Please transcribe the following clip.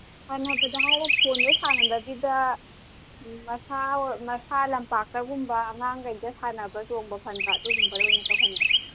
ꯁꯥꯟꯟꯕꯗ ꯍꯥꯏꯔꯒꯅ ꯐꯣꯟꯗ ꯁꯥꯟꯅꯗꯕꯤꯗ ꯃꯁꯥ ꯂꯝꯄꯥꯛꯇꯒꯨꯝꯕ ꯑꯉꯥꯡ ꯃꯈꯩꯒ ꯁꯥꯟꯅꯕ ꯆꯣꯡꯕ ꯐꯟꯕ ꯑꯗꯨꯒꯨꯝꯕꯗ ꯑꯣꯏꯅ ꯇꯧꯍꯟꯕ